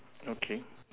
okay